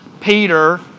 Peter